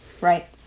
Right